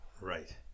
Right